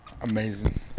Amazing